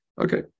Okay